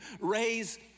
raise